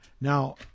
Now